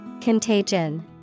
Contagion